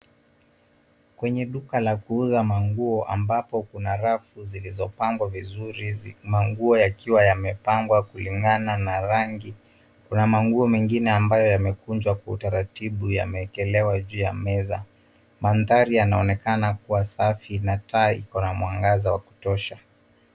Kwenye duka la kuuza manguo ambapo kuna rafu zilizopangwa vizuri manguo yakiwa yamepangwa kulingana na rangi. Kuna manguo mengine ambayo yamekunjwa kwa utaratibu yameekelewa juu ya meza. Mandhari yanaonekana kuwa safi na taa iko na mwangaza wa kutosha.